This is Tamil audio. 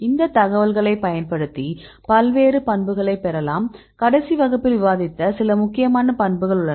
இந்த தகவல்களைப் பயன்படுத்தி பல்வேறு பண்புகளைப் பெறலாம் கடைசி வகுப்பில் விவாதித்த சில முக்கியமான பண்புகள் உள்ளன